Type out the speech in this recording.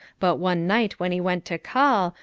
but one night when he went to call,